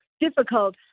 difficult